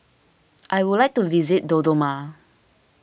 I would like to visit Dodoma